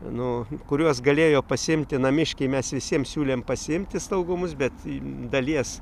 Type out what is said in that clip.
nu kuriuos galėjo pasiimti namiškiai mes visiems siūlėm pasiimti slaugomus bet dalies